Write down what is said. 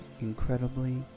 incredibly